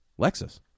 Lexus